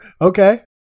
Okay